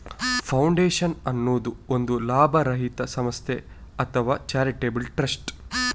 foundation ಅನ್ನುದು ಒಂದು ಲಾಭರಹಿತ ಸಂಸ್ಥೆ ಅಥವಾ ಚಾರಿಟೇಬಲ್ ಟ್ರಸ್ಟ್